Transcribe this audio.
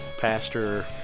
pastor